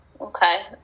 Okay